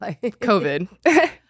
COVID